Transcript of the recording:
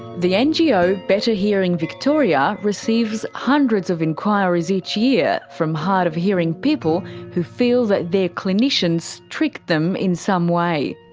the ngo better hearing victoria receives hundreds of enquiries each year from hard of hearing people who feel that their clinicians tricked them in some way.